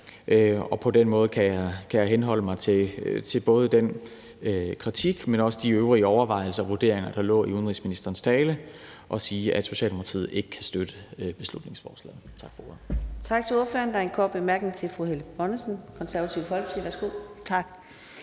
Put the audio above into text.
På den måde kan jeg henholde mig til både den kritik, men også de øvrige overvejelser og vurderinger, der lå i udenrigsministerens tale, og sige, at Socialdemokratiet ikke kan støtte beslutningsforslaget. Tak for ordet.